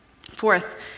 Fourth